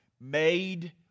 made